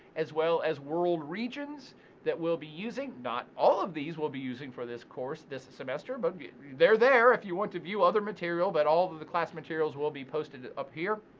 as well as world regions that we'll be using. not all of these we'll be using for this course, this semester, but they're there if you want to view other material. but all of of the class materials will be posted up here.